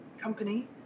company